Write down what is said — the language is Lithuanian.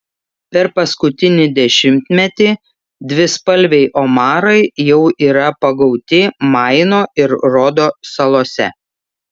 per paskutinį dešimtmetį dvispalviai omarai jau yra pagauti maino ir rodo salose